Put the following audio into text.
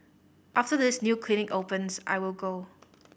after this new clinic opens I will go